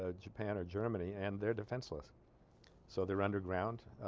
ah japan and germany and their defenseless so their underground